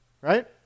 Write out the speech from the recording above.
right